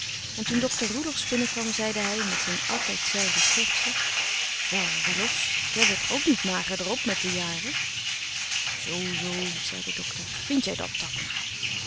en toen dokter roelofsz binnenkwam zeide hij met zijn altijd zelfde schertsje wel roelofsz jij wordt er ook niet magerder op met de jaren zoo-zoo zei de dokter vindt jij